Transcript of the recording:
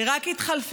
היא רק התחלפה.